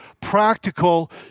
practical